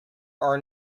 are